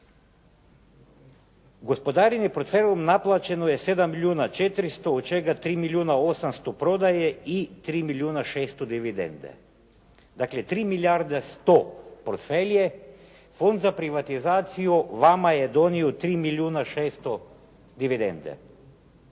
Gospodarenje portfeljom naplaćeno je 7 milijuna 400, od čega 3 milijuna 800 prodaje i 3 milijuna 600 dividende. Dakle 3 milijarde 100 portfelje, Fond za privatizaciju vama je donio 3 milijuna 600 dividende.